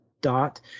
Dot